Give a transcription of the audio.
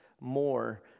more